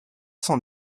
cent